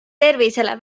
tervisele